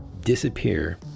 disappear